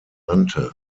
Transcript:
benannte